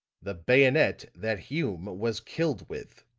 the bayonet that hume was killed with.